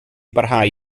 barhau